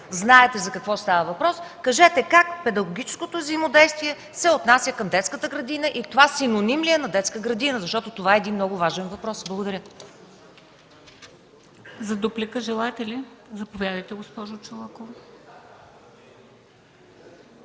знаете за какво става въпрос. Кажете как педагогическото взаимодействие се отнася към детската градина и това синоним ли е на детска градина? Защото това е един много важен въпрос. Благодаря. ПРЕДСЕДАТЕЛ МЕНДА СТОЯНОВА: Желаете ли дуплика, госпожо Чалъкова?